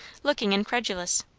looking incredulous.